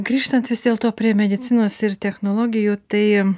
grįžtant vis dėlto prie medicinos ir technologijų tai